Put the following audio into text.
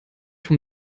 vom